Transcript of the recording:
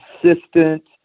consistent